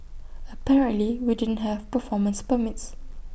apparently we didn't have performance permits